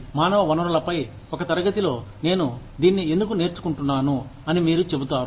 మానవ వనరులపై ఒక తరగతిలో నేను దీన్ని ఎందుకు నేర్చుకుంటున్నాను అని మీరు చెబుతారు